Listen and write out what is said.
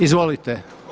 Izvolite.